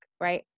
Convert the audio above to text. right